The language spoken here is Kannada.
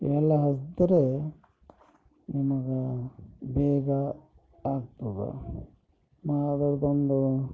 ಇವೆಲ್ಲ ಹಚ್ಚಿದ್ರೆ ನಿಮಗೆ ಬೇಗ ಆಗ್ತದೆ ನಾ ಅದ್ರದೊಂದು